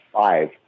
five